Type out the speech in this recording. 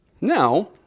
Now